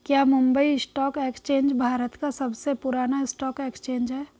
क्या Mumbai stock exchange Bharat का सबसे पुराना स्टॉक एक्सचेंज है?